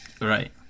Right